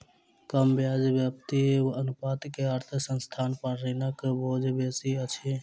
कम ब्याज व्याप्ति अनुपात के अर्थ संस्थान पर ऋणक बोझ बेसी अछि